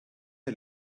den